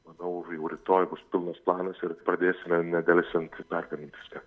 manau jau rytoj bus pilnas planas ir pradėsime nedelsiant pergamint viską